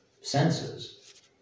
senses